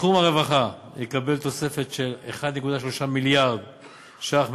תחום הרווחה יקבל תוספת של 1.3 מיליארד ש"ח,